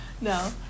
no